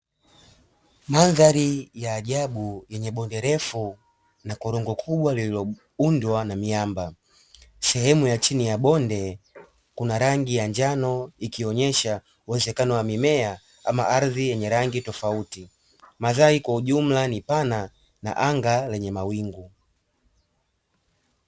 Mandhari ya ajabu yenye bodne refu na korongo kubwa lililoundwa na miamba, sehemu ya chini ya bonde kuna rangi ya njano ikionyesha uwezekano wa mimea ama ardhi yenye rangi tofauti. Mandhari kwa ujumla ni pana na anga lenye mawingu.